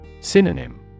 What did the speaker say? Synonym